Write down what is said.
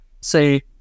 say